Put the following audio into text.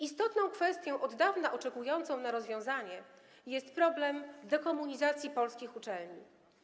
Istotną kwestią od dawna czekającą na rozwiązanie jest problem dekomunizacji polskich uczelni.